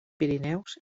pirineus